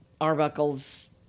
Arbuckles